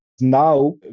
Now